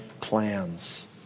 plans